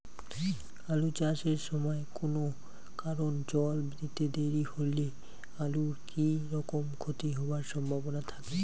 আলু চাষ এর সময় কুনো কারণে জল দিতে দেরি হইলে আলুর কি রকম ক্ষতি হবার সম্ভবনা থাকে?